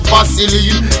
Vaseline